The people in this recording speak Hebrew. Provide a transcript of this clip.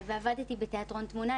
ועבדתי בתיאטרון תמונע.